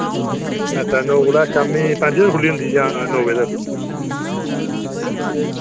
अच्छा नौ कोला शाम्मी पंज बजे खुल्ली होंदी जां नौ बजे तक